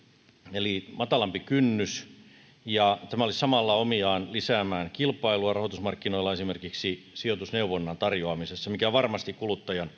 eli matalampi kynnys ja tämä olisi samalla omiaan lisäämään kilpailua rahoitusmarkkinoilla esimerkiksi sijoitusneuvonnan tarjoamisessa mikä on varmasti kuluttajan